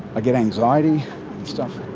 i get anxiety and stuff.